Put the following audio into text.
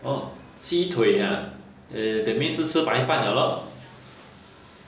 oh 鸡腿呀 err that means 是吃白饭了 lor